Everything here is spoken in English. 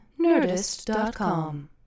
Nerdist.com